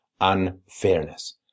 unfairness